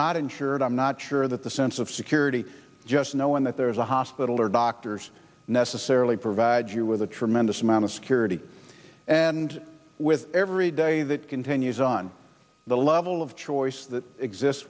not insured i'm not sure that the sense of security just knowing that there's a hospital or doctors necessarily provides you with a tremendous amount of security and with every day that continues on the level of choice that exist